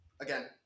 again